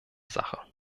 sache